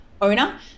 owner